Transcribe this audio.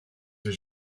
ces